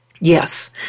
Yes